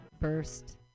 First